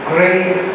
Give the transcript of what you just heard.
Grace